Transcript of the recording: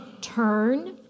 turn